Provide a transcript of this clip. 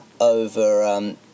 over